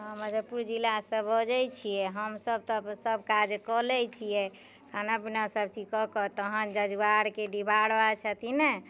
मुजफ्फरपुर जिलासँ बजैत छियै हमसब तऽ सब काज कऽ लय छियै खाना पीना सब चीज कऽ के तहन जजुआरके डीहवार बाबा छथिन ने